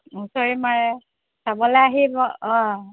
হুঁচৰি মাৰে চাবলৈ আহিব অঁ